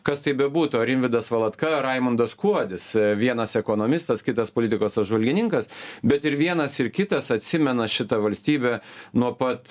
kas tai bebūtų ar rimvydas valatka ar raimundas kuodis vienas ekonomistas kitas politikos apžvalgininkas bet ir vienas ir kitas atsimena šitą valstybę nuo pat